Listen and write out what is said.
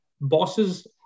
bosses